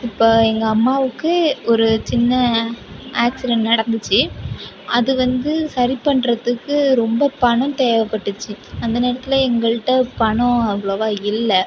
இப்போ எங்கள் அம்மாவுக்கு ஒரு சின்ன ஆக்சிடென்ட் நடந்துச்சு அது வந்து சரி பண்ணுறதுக்கு ரொம்ப பணம் தேவைப்பட்டுச்சு அந்த நேரத்தில் எங்கள்கிட்ட பணம் அவ்வளோவா இல்லை